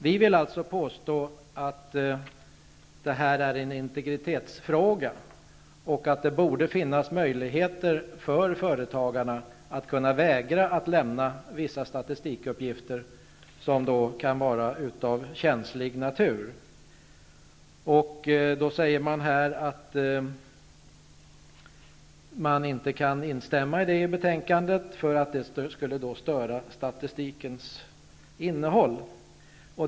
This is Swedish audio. Vi vill alltså påstå att det här är en integritetsfråga. Det borde finnas möjligheter för företagarna att vägra att lämna vissa statistikuppgifter som kan vara av känslig natur. Då sägs det i betänkandet att man inte kan instämma i detta, för det skulle störa statistikens innehåll.